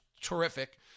Terrific